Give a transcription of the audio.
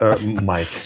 Mike